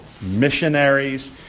missionaries